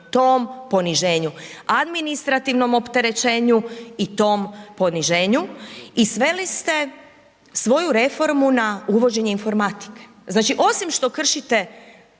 tom poniženju, administrativnom opterećenju i tom poniženju i sveli ste svoju reformu na uvođenje informatike. Znači osim što kršite